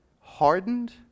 hardened